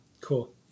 cool